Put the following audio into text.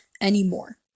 anymore